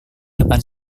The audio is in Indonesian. depan